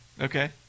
Okay